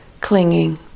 clinging